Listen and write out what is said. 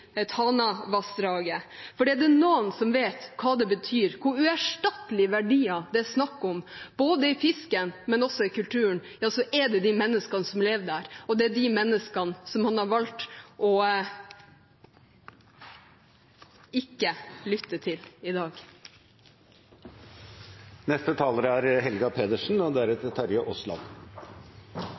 Tanavassdraget. For er det noen som vet hva det betyr, hvor uerstattelige verdier det er snakk om, i fisken, men også i kulturen, er det de menneskene som lever der. Og det er de menneskene man har valgt ikke å lytte til i dag. Jeg merket meg også at Fremskrittspartiet og